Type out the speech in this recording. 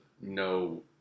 no